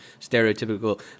stereotypical